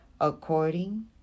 according